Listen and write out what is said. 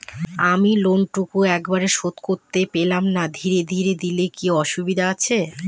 আমি লোনটুকু একবারে শোধ করতে পেলাম না ধীরে ধীরে দিলে কি অসুবিধে আছে?